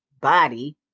Body